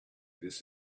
this